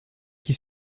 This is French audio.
qui